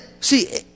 see